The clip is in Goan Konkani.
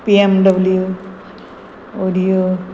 B M W audio